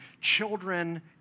children